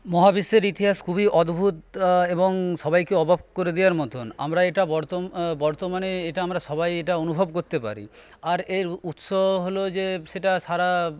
মহাবিশ্বের ইতিহাস খুবই অদ্ভুত এবং সবাইকে অবাক করে দেওয়ার মতন আমরা এটা বর্ত বর্তমানে এটা আমরা সবাই এটা অনুভব করতে পারি আর এর উৎস হলো যে সেটা সারা